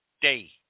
day